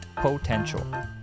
potential